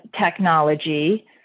technology